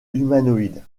humanoïdes